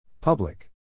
Public